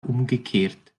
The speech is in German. umgekehrt